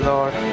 Lord